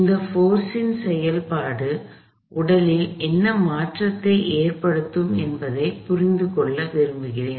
இந்த போர்ஸ் இன் செயல்பாடு உடலில் என்ன மாற்றத்தை ஏற்படுத்தும் என்பதை நான் புரிந்து கொள்ள விரும்புகிறேன்